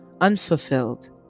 unfulfilled